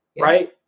right